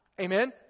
Amen